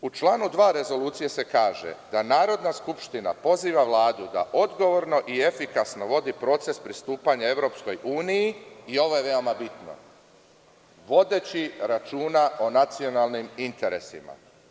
U članu 2. rezolucije se kaže da Narodna skupština poziva Vladu da odgovorno i efikasno vodi proces pristupanja EU i ovo je veoma bitno, vodeći računa o nacionalnim interesima.